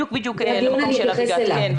בדיוק למקום שאליו הגעתם,